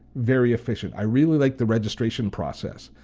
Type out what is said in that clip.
very efficient. i really like the registration process.